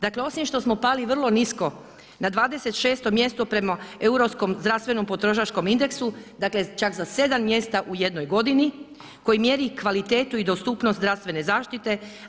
Dakle osim što smo pali vrlo nisko na 26. mjesto prema Europskom zdravstvenom potrošačkom indeksu, dakle čak za sedam mjesta u jednoj godini, koji mjeri kvalitetu i dostupnost zdravstvene zaštite.